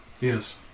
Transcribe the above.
Yes